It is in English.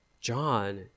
John